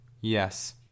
yes